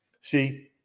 see